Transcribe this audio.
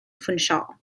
funchal